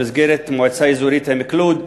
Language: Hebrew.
במסגרת מועצה אזורית עמק לוד,